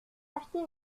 acheter